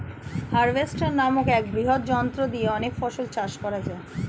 harvester নামক এক বৃহৎ যন্ত্র দিয়ে অনেক ফসল চাষ করা যায়